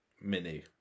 Mini